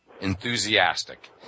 enthusiastic